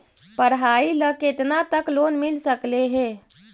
पढाई ल केतना तक लोन मिल सकले हे?